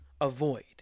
avoid